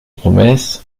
promesse